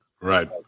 Right